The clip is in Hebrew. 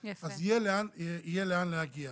אז יהיה לאן להגיע.